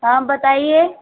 हाँ बताइए